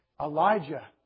Elijah